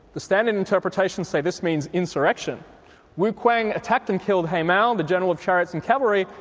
the standard interpretations say this means insurrection wu-kuang attacked and killed ho-miao, and the general of chariots and cavalry,